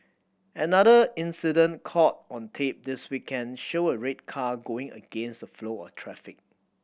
another incident caught on tape this weekend showed a red car going against the flow of traffic